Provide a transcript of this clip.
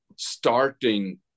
Starting